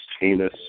heinous